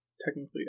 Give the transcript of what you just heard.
technically